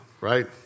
right